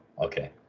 Okay